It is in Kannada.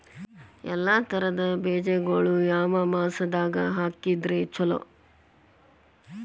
ಎಲ್ಲಾ ತರದ ಬೇಜಗೊಳು ಯಾವ ಮಾಸದಾಗ್ ಹಾಕಿದ್ರ ಛಲೋ?